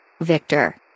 Victor